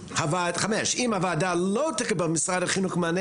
5. אם הוועדה לא תקבל ממשרד החינוך מענה